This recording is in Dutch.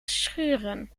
schuren